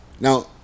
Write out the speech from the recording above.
Now